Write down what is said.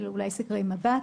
אולי של סקרי מב"ת,